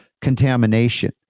contamination